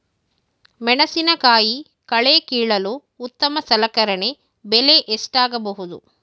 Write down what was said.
ಮೆಣಸಿನಕಾಯಿ ಕಳೆ ಕೀಳಲು ಉತ್ತಮ ಸಲಕರಣೆ ಬೆಲೆ ಎಷ್ಟಾಗಬಹುದು?